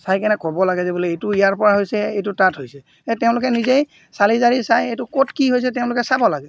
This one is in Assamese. চাইকেনে ক'ব লাগে যে বোলে এইটো ইয়াৰ পৰা হৈছে এইটো তাত হৈছে এই তেওঁলোকে নিজেই চালি জাৰি চাই এইটো ক'ত কি হৈছে তেওঁলোকে চাব লাগে